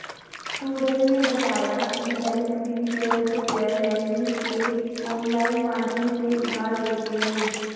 सूरज ने बताया की बैंक भी पियर टू पियर लेडिंग के ऑनलाइन माध्यम से उधार देते हैं